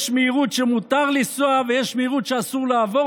יש מהירות שמותר לנסוע בה ויש מהירות שאסור לעבור,